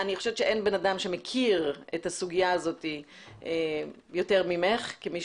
אני חושבת שאין בן אדם שמכיר את הסוגיה הזאת יותר ממך כמי